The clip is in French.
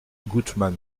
goutman